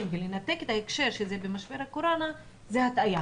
ולנתק את ההקשר שזה במשבר הקורונה זו הטעיה,